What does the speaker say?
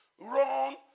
Run